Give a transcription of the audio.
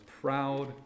proud